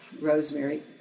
Rosemary